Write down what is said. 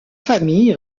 famille